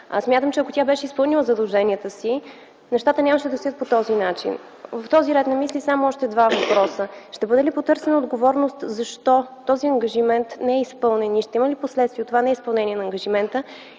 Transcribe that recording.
Смятам, че ако тя беше изпълнила задълженията си нещата нямаше да стоят по този начин. В този ред на мисли само още два въпроса: ще бъде ли потърсена отговорност – защо този ангажимент не е изпълнен и ще има ли последствия от това неизпълнение на ангажимента?